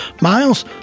miles